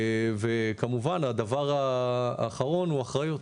הדבר האחרון הוא אחריות.